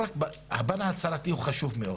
הפן ההצהרתי הוא חשוב מאוד